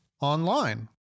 online